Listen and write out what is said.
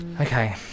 okay